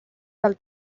del